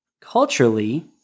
culturally